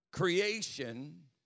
Creation